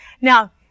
now